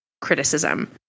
criticism